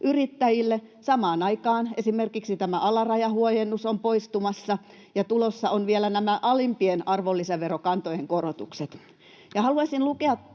yrittäjille. Samaan aikaan esimerkiksi tämä alarajahuojennus on poistumassa, ja tulossa ovat vielä nämä alimpien arvonlisäverokantojen korotukset.